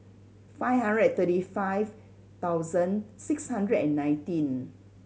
five hundred and thirty five thousand six hundred and nineteen